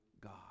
God